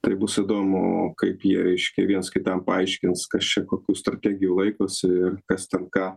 tai bus įdomu kaip jie reiškia viens kitam paaiškins kas čia kokių strategijų laikosi ir kas ten ką